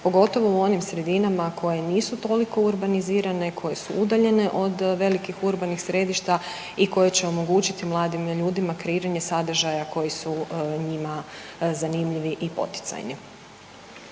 pogotovo u onim sredinama koje nisu toliko urbanizirane, koje su udaljene od velikih urbanih središta i koje će omogućiti mladim ljudima kreiranje sadržaja koji su njima zanimljivi i poticajni.